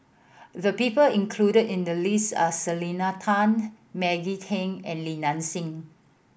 the people included in the list are Selena Tan Maggie Teng and Li Nanxing